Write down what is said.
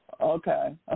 Okay